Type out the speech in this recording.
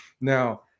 Now